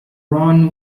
ron